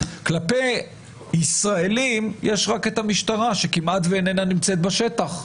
כלפי ישראלים יש רק את המשטרה שכמעט ואיננה נמצאת בשטח,